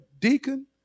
Deacon